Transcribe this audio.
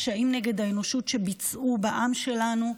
פשעים נגד האנושות ביצעו בעם שלנו.